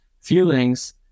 feelings